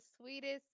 sweetest